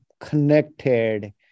connected